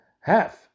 half